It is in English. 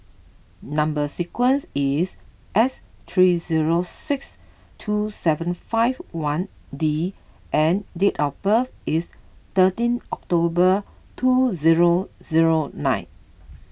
Number Sequence is S three zero six two seven five one D and date of birth is thirteen October two zero zero nine